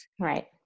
Right